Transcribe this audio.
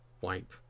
wipe